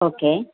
okay